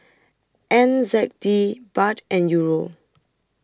N Z D Baht and Euro